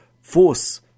force